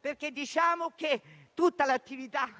perché diciamo che tutta l'attività